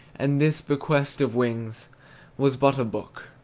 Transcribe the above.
and this bequest of wings was but a book.